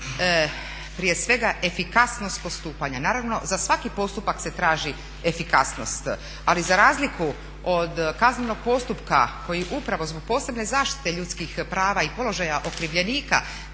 prije svega efikasnost postupanja. Naravno za svaki postupak se traži efikasnost, ali za razliku od kaznenog postupka koji upravo zbog posebne zaštite ljudskih prava i položaja okrivljenika,